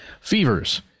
fevers